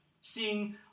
seeing